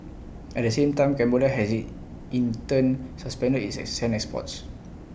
at the same time Cambodia has IT in turn suspended its IT sand exports